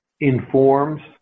informs